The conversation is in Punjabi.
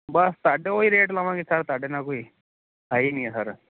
ਬਸ ਧਾਡੇ ਓਹੀ ਰੇਟ ਲਵਾਂਗੇ ਸਰ ਤੁਹਾਡੇ ਨਾਲ ਕੋਈ ਹੈ ਈ ਨੀ ਐ ਸਰ